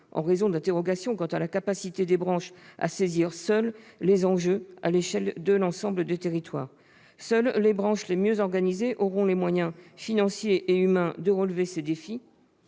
on peut s'interroger sur la capacité des branches à appréhender seules les enjeux à l'échelle de l'ensemble des territoires. Seules les branches les mieux organisées auront les moyens financiers et humains de le faire.